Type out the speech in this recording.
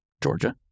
Georgia